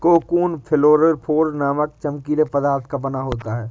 cocoon fluorophore नामक चमकीले पदार्थ का बना होता है